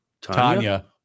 Tanya